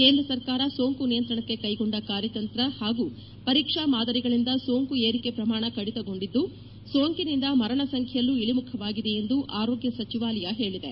ಕೇಂದ್ರ ಸರ್ಕಾರ ಸೋಂಕು ನಿಯಂತ್ರಣಕ್ಕೆ ಕೈಗೊಂಡ ಕಾರ್ಯತಂತ್ರ ಹಾಗೂ ಪರೀಕ್ಷಾ ಮಾದರಿಗಳಿಂದ ಸೋಂಕು ಏರಿಕೆ ಪ್ರಮಾಣ ಕಡಿತಗೊಂಡಿದ್ದು ಸೋಂಕಿನಿಂದ ಮರಣ ಸಂಖ್ಯೆಯಲ್ಲೂ ಇಳಿಮುಖವಾಗಿದೆ ಎಂದು ಆರೋಗ್ಯ ಸಚಿವಾಲಯ ಹೇಳಿದೆ